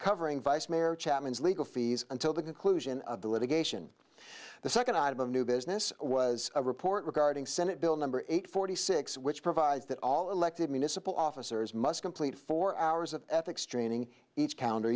chapman's legal fees until the conclusion of the litigation the second item of new business was a report regarding senate bill number eight forty six which provides that all elected municipal officers must complete four hours of ethics training each counter